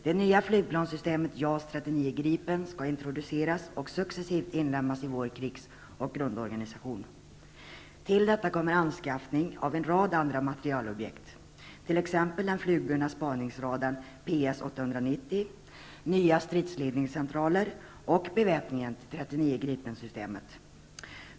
Det nya flygplanssystemet JAS 39 Gripen skall introduceras och successivt inlemmas i vår krigs och grundorganisation. Till detta kommer anskaffning av en rad andra materielobjekt, t.ex. den flygburna spaningsradarn PS 890, nya stridsledningscentraler och beväpning till 39 Gripen-systemet.